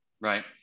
Right